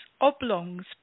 oblongs